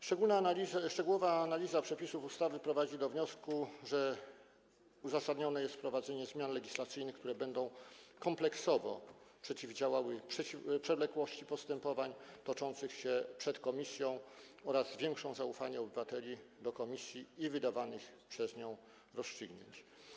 Szczegółowa analiza przepisów ustawy prowadzi do wniosku, że uzasadnione jest wprowadzenie zmian legislacyjnych, które będą kompleksowo przeciwdziałały przewlekłości postępowań toczących się przed komisją oraz zwiększą zaufanie obywateli do komisji i wydawanych przez nią rozstrzygnięć.